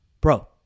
Bro